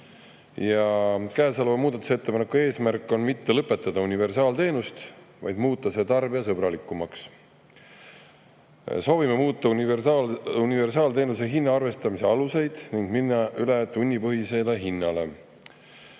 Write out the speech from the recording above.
[põhilise] muudatusettepaneku eesmärk on mitte lõpetada universaalteenust, vaid muuta see tarbijasõbralikumaks. Soovime muuta universaalteenuse hinna arvestamise aluseid ning minna üle tunnipõhisele hinnale.